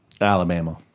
Alabama